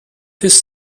his